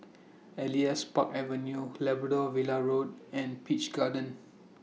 Elias Park Avenue Labrador Villa Road and Peach Garden